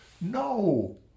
No